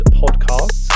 podcast